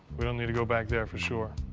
we don't need to go back there for sure.